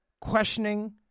questioning